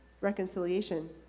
reconciliation